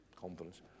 Confidence